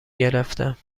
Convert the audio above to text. گرفتم